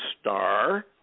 star